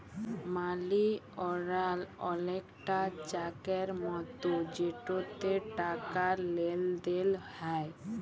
মালি order অলেকটা চ্যাকের মতো যেটতে টাকার লেলদেল হ্যয়